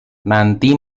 nanti